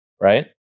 right